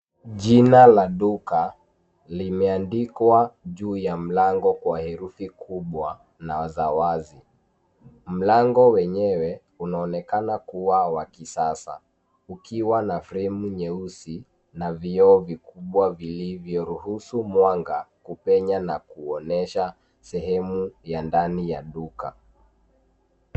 Jina la duka limeandikwa juu ya mlango kwa herufi kubwa na za wazi. Mlango wenyewe unaonekana kuwa wa kisasa ukiwa na fremu nyeusi na vioo vikubwa vilivyoruhusu mwanga kupenya na kuonyesha sehemu ya ndani ya duka.